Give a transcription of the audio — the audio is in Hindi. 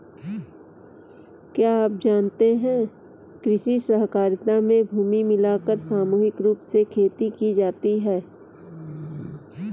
क्या आप जानते है कृषि सहकारिता में भूमि मिलाकर सामूहिक रूप से खेती की जाती है?